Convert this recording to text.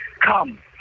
come